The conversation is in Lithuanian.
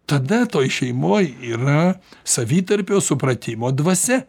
tada toj šeimoj yra savitarpio supratimo dvasia